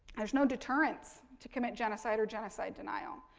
there's no deterrence to commit genocide or genocide denial.